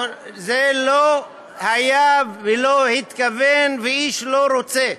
זה לא היה, והוא לא התכוון, ואיש לא רוצה.